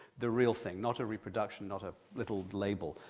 the real thing, not a reproduction, not a little label,